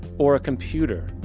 or a computer,